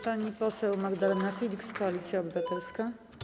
Pani poseł Magdalena Filiks, Koalicja Obywatelska.